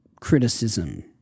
criticism